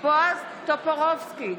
בועז טופורובסקי,